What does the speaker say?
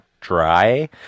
dry